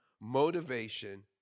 motivation